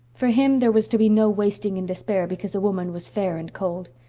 for him there was to be no wasting in despair because a woman was fair and cold.